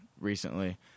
recently